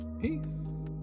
Peace